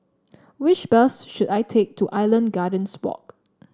which bus should I take to Island Gardens Walk